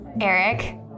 Eric